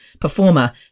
performer